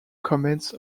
comments